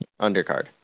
Undercard